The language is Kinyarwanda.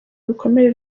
ibikomere